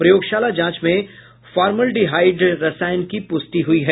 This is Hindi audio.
प्रयोगशाला जांच में फारमल्डिहाइड रसायन की पुष्टि हुई है